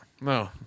No